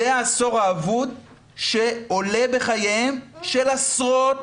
זה העשור האבוד שעולה בחייהם של עשרות